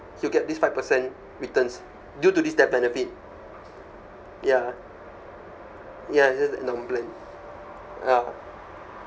he will get this five percent returns due to this death benefit ya ya just endowment plan ya